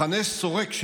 מחנה שורק,